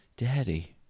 Daddy